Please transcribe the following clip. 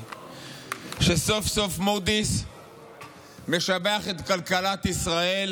שסוף-סוף מודי'ס משבח את כלכלת ישראל